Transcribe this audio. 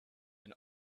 and